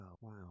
wow